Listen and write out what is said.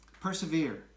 Persevere